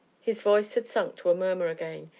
his voice had sunk to a murmur again,